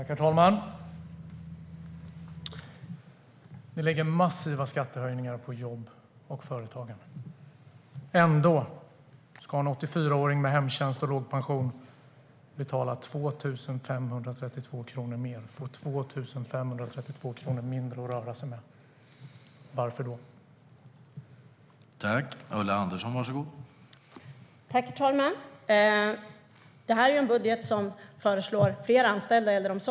Herr talman! Regeringen och ni i Vänsterpartiet lägger massiva skattehöjningar på jobb och företagande. Ändå ska en 84-åring med hemtjänst och låg pension betala 2 532 kronor mer och få 2 532 kronor mindre att röra sig med. Varför det?